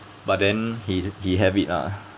but then he he have it lah